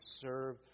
serve